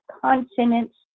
consonants